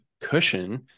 cushion